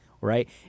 right